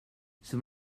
some